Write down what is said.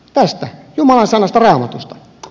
tästä jumalan sanasta raamatusta